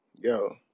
Yo